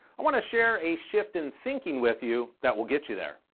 i wanna share a shift in thinking with you that will get you there.